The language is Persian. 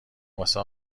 واسه